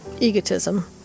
egotism